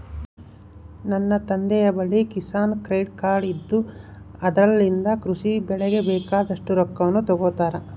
ನನ್ನ ತಂದೆಯ ಬಳಿ ಕಿಸಾನ್ ಕ್ರೆಡ್ ಕಾರ್ಡ್ ಇದ್ದು ಅದರಲಿಂದ ಕೃಷಿ ಗೆ ಬೆಳೆಗೆ ಬೇಕಾದಷ್ಟು ರೊಕ್ಕವನ್ನು ತಗೊಂತಾರ